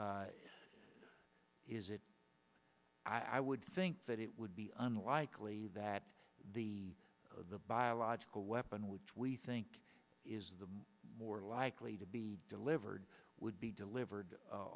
opinion is it i would think that it would be unlikely that the the biological weapon which we think is the more likely to be delivered would be delivered